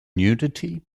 nudity